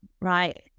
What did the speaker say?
right